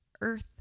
Earth